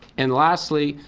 and lastly,